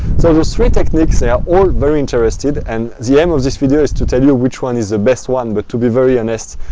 so those three techniques they are all very interesting, and the aim of this video is to tell you which one is the best one, but to be very honest,